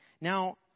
Now